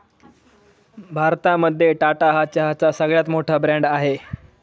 भारतामध्ये टाटा हा चहाचा सगळ्यात मोठा ब्रँड आहे